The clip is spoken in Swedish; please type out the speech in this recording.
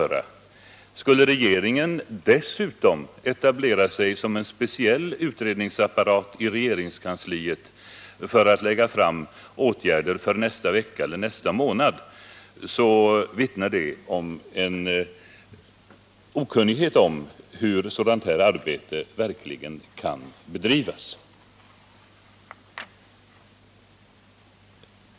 När man begär att regeringen dessutom skall etablera en speciell utredningsapparat i regeringskansliet för att lägga fram förslag till åtgärder för nästa vecka eller nästa månad vittnar det om en stor okunnighet om hur sådant här arbete verkligen kan bedrivas.